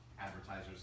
advertisers